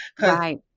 Right